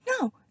No